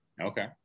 Okay